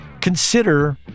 consider